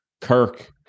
Kirk